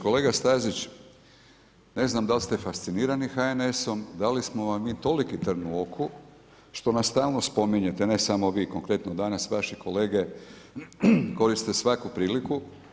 Kolega Stazić, ne znam dal ste fascinirani HNS-om, da li smo vam mi toliki trn u oku što nas stalno spominjete, ne samo vi, konkretno danas vaši kolege koriste svaku priliku.